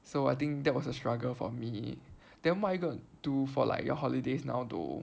so I think that was a struggle for me then what are you gonna do for like your holidays now though